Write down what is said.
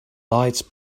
lights